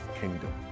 kingdom